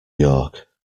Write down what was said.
york